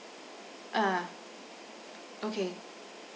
ah okay